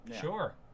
sure